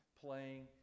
playing